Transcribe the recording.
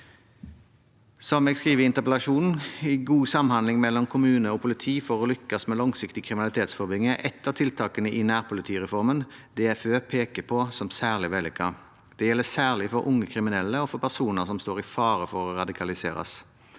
Som jeg skriver i interpellasjonen, er god samhandling mellom kommune og politi for å lykkes med langsiktig kriminalitetsforebygging et av tiltakene i nærpolitireformen DFØ peker på som særlig vellykket. Det gjelder særlig for unge kriminelle og for personer som står i fare for å radikaliseres.